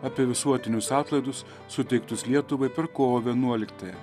apie visuotinius atlaidus suteiktus lietuvai per kovo vienuoliktąją